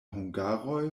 hungaroj